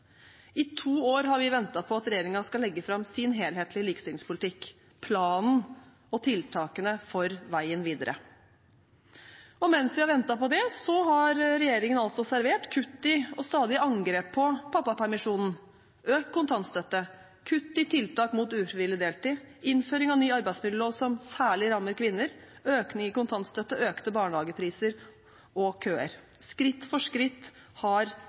I to år har vi ventet på at regjeringen skal legge fram sin helhetlige likestillingspolitikk – planen og tiltakene for veien videre. Mens vi har ventet på det, har regjeringen servert kutt i og stadige angrep på pappapermisjonen, økt kontantstøtte, kutt i tiltak mot ufrivillig deltid, innføring av ny arbeidsmiljølov som særlig rammer kvinner, økte barnehagepriser og -køer. Skritt for skritt har